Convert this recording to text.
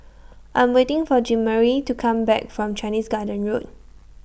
I'm waiting For Jeanmarie to Come Back from Chinese Garden Road